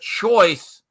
choice